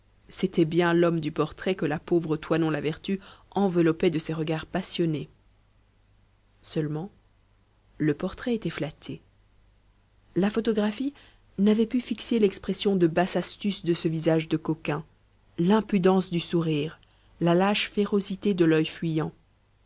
c'était bien l'homme du portrait que la pauvre toinon la vertu enveloppait de ses regards passionnés seulement le portrait était flatté la photographie n'avait pu fixer l'expression de basse astuce de ce visage de coquin l'impudence du sourire la lâche férocité de l'œil fuyant